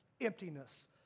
emptiness